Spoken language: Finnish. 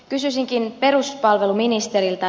kysyisinkin peruspalveluministeriltä